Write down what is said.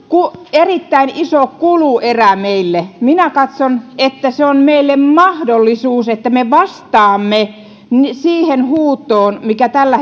erittäin iso kuluerä meille minä katson että se on meille mahdollisuus että me vastaamme siihen huutoon mikä tällä